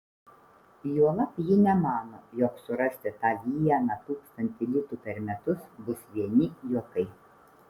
juolab ji nemano jog surasti tą vieną tūkstantį litų per metus bus vieni juokai